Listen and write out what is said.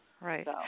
Right